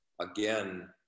again